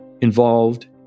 involved